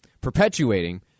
perpetuating